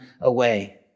away